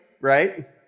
right